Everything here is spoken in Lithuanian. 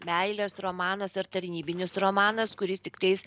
meilės romanas ar tarnybinis romanas kuris tiktais